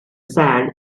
sand